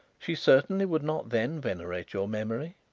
she certainly would not then venerate your memory.